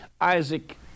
Isaac